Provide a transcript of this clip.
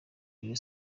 rayon